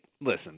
listen